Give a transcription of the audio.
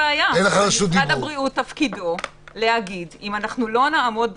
משרד הבריאות תפקידו לומר: אם לא נעמוד בתוכנית,